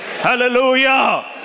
Hallelujah